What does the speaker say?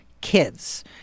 kids